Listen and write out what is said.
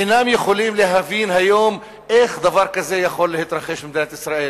אינם יכולים להבין היום איך דבר כזה יכול להתרחש במדינת ישראל.